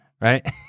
right